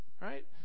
Right